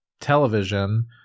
television